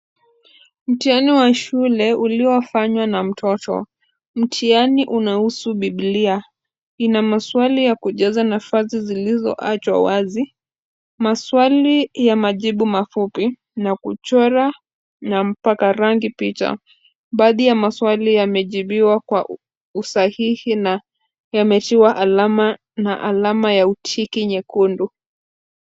Mtihani wa shule uliofanywa na mtoto. Mtihani unahusu bibilia. Ina maswali ya kujaza nafasi zilizoachwa wazi, maswali ya majibu mafupi na kuchora na mpaka rangi picha. Baadhi ya maswali yamejibiwa kwa usahihi na yametiwa alama na alama ya utiki nyekundu.